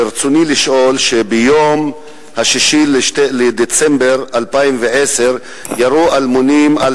ביום 6 בדצמבר 2010 ירו אלמונים על